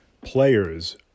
players